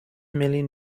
million